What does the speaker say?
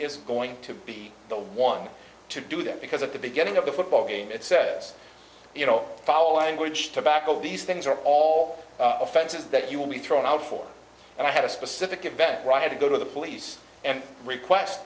is going to be the one to do that because at the beginning of the football game it says you know foul language to back obese things are all offenses that you will be thrown out for and i had a specific event right had to go to the police and request